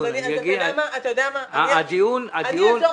אתה יודע מה, אני אעזור